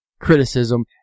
criticism